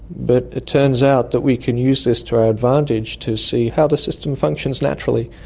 but it turns out that we can use this to our advantage to see how the systems function naturally.